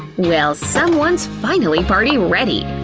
well someone's finally party ready!